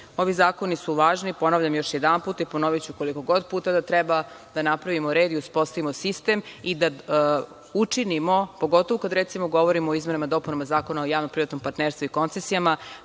Ovi zakoni su važni, ponavljam još jedanput i ponoviću koliko god puta da treba, da napravimo red i uspostavimo sistem i da učinimo, pogotovu kad recimo govorimo o izmenama i dopunama Zakona o javno-privatnom partnerstvu i koncesijama,